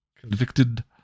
convicted